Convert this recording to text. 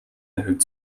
erhöht